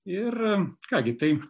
ir ką gi tai